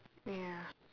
ya